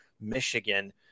Michigan